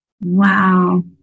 Wow